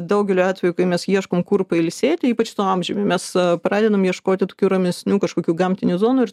daugeliu atveju kai mes ieškom kur pailsėti ypač tuo amžiumi mes pradedam ieškoti tokių ramesnių kažkokių gamtinių zonų ir